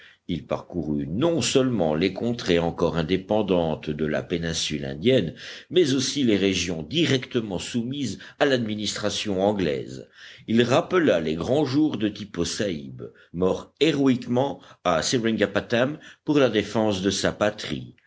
il parcourut non seulement les contrées encore indépendantes de la péninsule indienne mais aussi les régions directement soumises à l'administration anglaise il rappela les grands jours de tippo saïb mort héroïquement à seringapatam pour la défense de sa patrie